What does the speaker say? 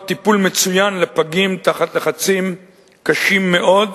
טיפול מצוין לפגים תחת לחצים קשים מאוד,